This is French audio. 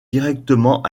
directement